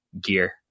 gear